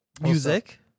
music